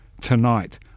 Tonight